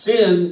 Sin